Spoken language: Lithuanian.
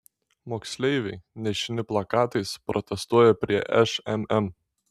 moksleiviai nešini plakatais protestuoja prie šmm